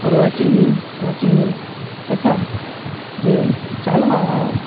અર્વાચીન યુગ પ્રાચીન યુગ તથા જે ચાલમાં